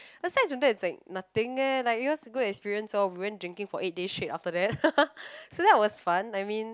something it's like nothing eh like it was a good experience lor we went drinking for eight days straight after that so that was fun I mean